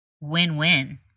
win-win